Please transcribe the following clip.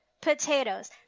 potatoes